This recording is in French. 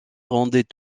rendait